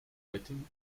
rating